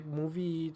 movie